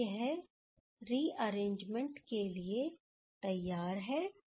अब यह रिअरेंजमेंट के लिए तैयार है